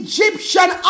Egyptian